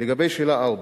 לגבי שאלה 4,